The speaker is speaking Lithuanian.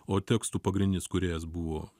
o tekstų pagrindinis kūrėjas buvo